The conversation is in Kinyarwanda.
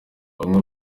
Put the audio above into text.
bamwe